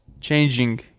changing